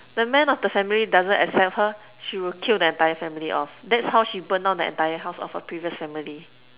the man of the family doesn't accept her she will kill the entire family off that's how she burn down the entire house of her previous family